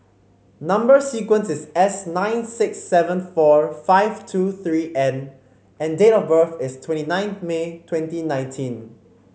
number sequence is S nine six seven four five two three N and date of birth is twenty nine May twenty nineteen